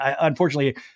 Unfortunately